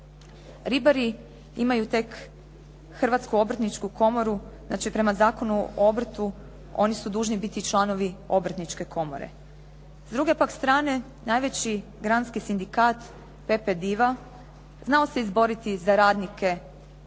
Ribari imaju tek Hrvatsku obrtničku komoru, znači prema Zakonu o obrtu oni su dužni biti članovi obrtničke komore. S druge pak strane, najveći granski sindikat PPDIV-a znao se izboriti za radnike "PIK